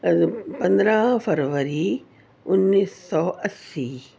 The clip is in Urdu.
پندرہ فروری انیس سو اسی